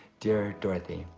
dear dorthy,